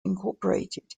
incorporated